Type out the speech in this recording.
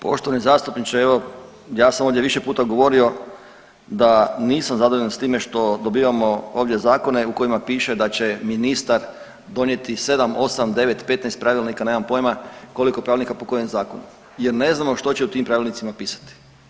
Poštovani zastupniče evo ja sam ovdje više puta govorio da nisam zadovoljan s time što dobivamo ovdje zakone u kojima piše da će ministar donijeti 7, 8, 9, 15 pravilnika nemam pojima koliko pravilnika po kojem zakonu jer ne znamo što će u tim pravilnicima pisati.